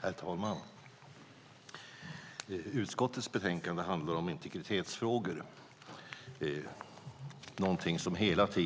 Herr talman! Utskottets betänkande handlar om integritetsfrågor, någonting som blir allt